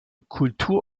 kultur